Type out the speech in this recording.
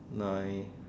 nine